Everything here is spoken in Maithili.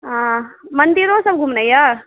मन्दिरो सभ घूमनाइ यऽ